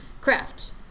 Craft